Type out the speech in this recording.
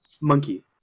monkey